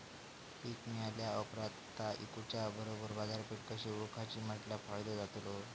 पीक मिळाल्या ऑप्रात ता इकुच्या बरोबर बाजारपेठ कशी ओळखाची म्हटल्या फायदो जातलो?